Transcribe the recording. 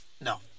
No